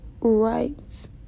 right